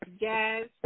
yes